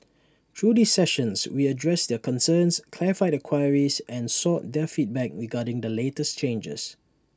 through these sessions we addressed their concerns clarified their queries and sought their feedback regarding the latest changes